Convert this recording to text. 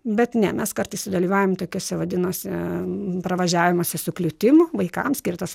bet ne mes kartais sudalyvaujam tokiuose vadinosi pravažiavimuose su kliūtim vaikams skirtas